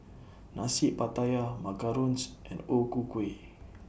Nasi Pattaya Macarons and O Ku Kueh